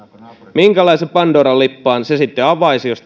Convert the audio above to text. minkälaisen pandoran lippaan se sitten avaisi jos